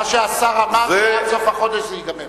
מה שהשר אמר, שעד סוף החודש זה ייגמר.